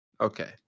okay